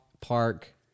park